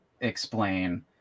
explain